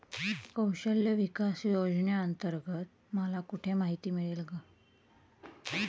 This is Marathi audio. कौशल्य विकास योजनेअंतर्गत मला कुठे माहिती मिळेल?